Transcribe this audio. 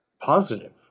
positive